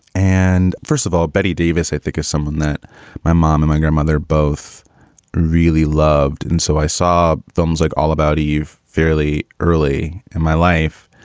and first of all, betty davis, i think, is someone that my mom and my grandmother both really loved. and so i saw films like all about eve fairly early in my life.